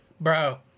Bro